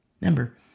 Remember